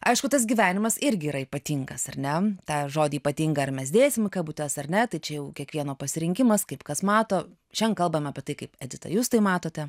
aišku tas gyvenimas irgi yra ypatingas ar ne tą žodį ypatinga ar mes dėsim į kabutes ar ne tai čia jau kiekvieno pasirinkimas kaip kas mato šiandien kalbam apie tai kaip edita jūs tai matote